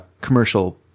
commercial